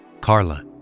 Carla